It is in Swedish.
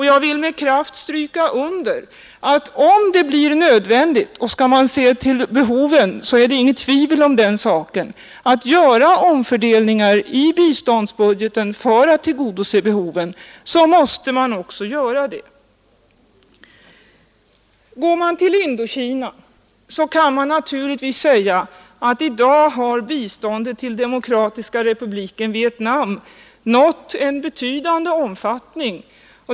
Jag vill med kraft stryka under att man bör göra omfördelningar i biståndsbudgeten, om det blir nödvändigt för att tillgodose behoven — och skall man se till de behov som föreligger råder det inget tvivel om att man måste göra det. När det gäller Indokina kan man naturligtvis säga att biståndet till Demokratiska republiken Vietnam i dag har nått en betydande omfattning.